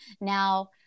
now